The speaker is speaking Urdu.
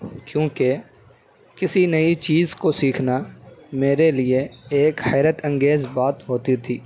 کیونکہ کسی نئی چیز کو سیکھنا میرے لیے ایک حیرت انگیز بات ہوتی تھی